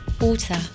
water